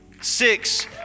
six